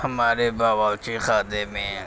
ہمارے باورچی خانے میں